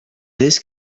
this